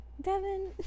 Devin